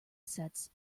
sets